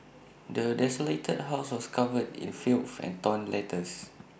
the desolated house was covered in filth and torn letters